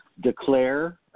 declare